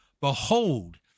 Behold